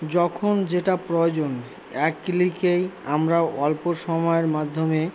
যখন যেটা প্রয়োজন এক ক্লিকেই আমরা অল্প সময়ের মাধ্যমে